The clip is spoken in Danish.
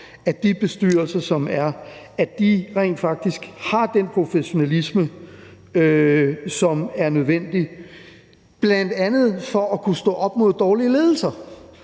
at de bestyrelser, som er der, rent faktisk har den professionalisme, som er nødvendig, bl.a. for at kunne stå op mod dårlige ledelser.